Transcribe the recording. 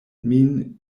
min